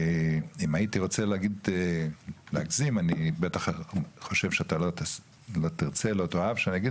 אם הייתי רוצה להגזים - בטח לא תאהב שאני אגיד